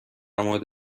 مورد